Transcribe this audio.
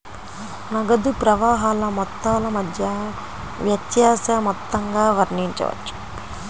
నగదు ప్రవాహాల మొత్తాల మధ్య వ్యత్యాస మొత్తంగా వర్ణించవచ్చు